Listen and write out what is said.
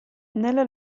nella